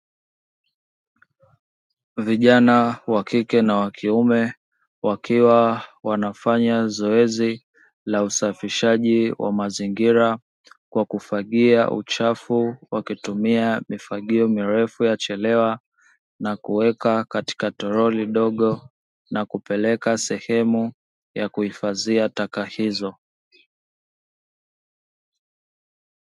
Vijana wa kike na wa kiume wakiwa wanafanya zoezi la usafishaji wa mazingira kwa kufagia uchafu wakitumia mifagio mirefu ya cherewa, na kuweka katika toroli dogo na kupeleka sehemu ya kuhifadhia taka hizo.